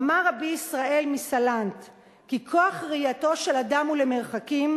אמר רבי ישראל מסלנט כי "כוח ראייתו של אדם הוא למרחקים,